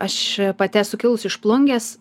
aš pati esu kilus iš plungės